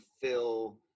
fill